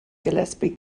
gillespie